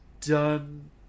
done